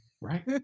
Right